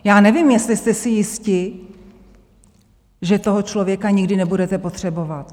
Já nevím, jestli jste si jisti, že toho člověka nikdy nebudete potřebovat.